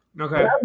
Okay